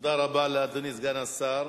תודה רבה לאדוני סגן השר.